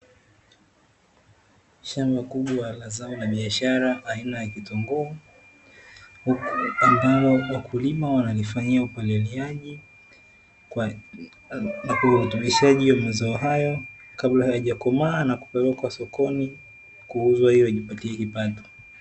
Shamba kubwa la zao la biashara aina ya kitunguu, ambalo wakulima wanalifanyia upaliliaji na uzalishaji wa mazao hayo kabla hayajakomaa, na kupelekwa sokoni kuuzwa ili wajipatie kipato.